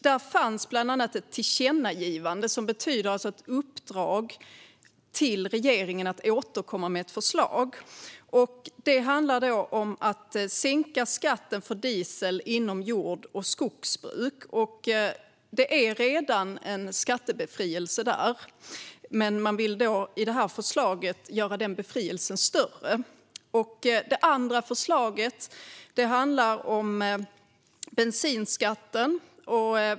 Där fanns bland annat ett tillkännagivande, vilket betyder ett uppdrag, till regeringen att återkomma med ett förslag. Det handlar om att sänka skatten på diesel inom jord och skogsbruk. Det finns redan en skattebefrielse där, men man vill i förslaget göra denna befrielse större. Det andra förslaget handlar om bensinskatten.